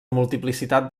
multiplicitat